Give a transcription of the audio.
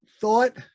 thought